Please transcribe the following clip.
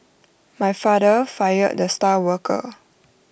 my father fired the star worker